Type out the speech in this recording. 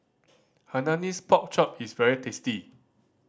Hainanese Pork Chop is very tasty